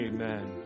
Amen